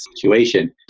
situation